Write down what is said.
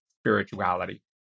spirituality